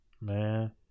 Man